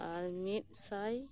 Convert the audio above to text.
ᱟᱨ ᱢᱤᱫ ᱥᱟᱭ